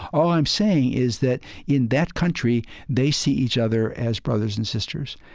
all i'm saying is that in that country, they see each other as brothers and sisters,